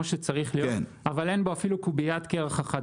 שצריך להיות אבל אין בו אפילו קוביית קרח אחת,